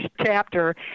chapter